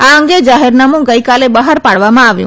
આ અંગે જાહેરનામું ગઈકાલે બહાર પાડવામાં આવ્યું